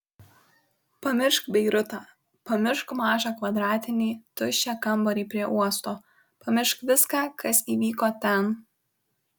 pamiršk beirutą pamiršk mažą kvadratinį tuščią kambarį prie uosto pamiršk viską kas įvyko ten